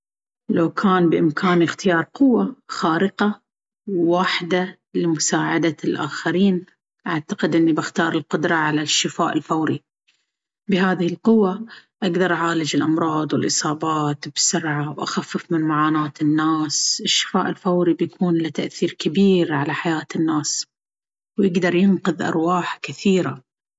لو كان بإمكاني اختيار قوة خارقة واحدة لمساعدة الآخرين، أعتقد أني بأختار القدرة على الشفاء الفوري. بهذه القوة، أقدر أعالج الأمراض والإصابات بسرعة وأخفف من معاناة الناس. الشفاء الفوري بيكون له تأثير كبير على حياة الناس ويقدر ينقذ أرواح كثيرة.